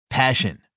Passion